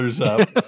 up